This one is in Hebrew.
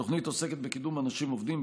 התוכניות עוסקות בקידום אנשים עובדים,